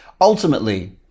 ultimately